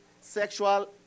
sexual